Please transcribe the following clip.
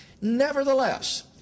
Nevertheless